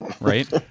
Right